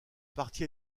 parti